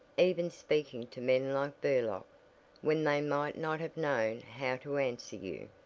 even speaking to men like burlock, when they might not have known how to answer you.